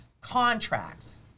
contracts